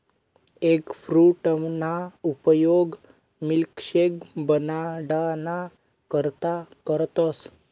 एगफ्रूटना उपयोग मिल्कशेक बनाडाना करता करतस